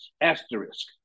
asterisk